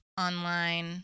online